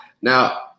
Now